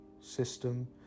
system